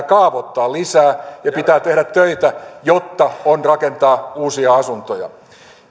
kaavoittaa lisää ja pitää tehdä töitä jotta on rakentaa uusia asuntoja